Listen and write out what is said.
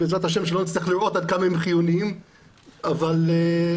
שלא נצטרך לראות עד כמה הם חיוניים בעזרת השם,